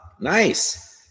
nice